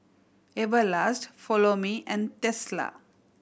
Everlast Follow Me and Tesla